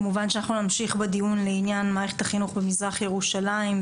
כמובן שאנחנו נמשיך בדיון בעניין מערכת החינוך במזרח ירושלים,